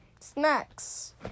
snacks